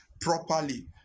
properly